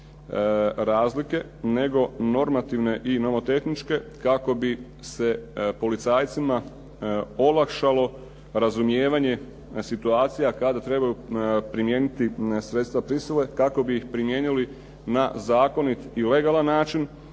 razlike, nego normativne i nomotehničke kako bi se policajcima olakšalo razumijevanje situacije kada trebaju primijeniti sredstva prisile, kako bi ih primijenili na zakonit i legalan način,